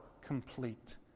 complete